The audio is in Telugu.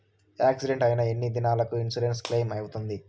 యాక్సిడెంట్ అయిన ఎన్ని దినాలకు ఇన్సూరెన్సు క్లెయిమ్ అవుతుంది?